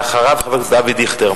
ואחריו, חבר הכנסת אבי דיכטר.